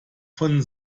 von